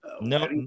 no